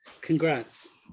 Congrats